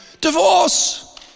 divorce